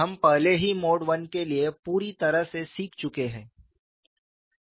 हम पहले ही मोड I के लिए पूरी तरह से सीख चुके हैं